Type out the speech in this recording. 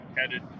headed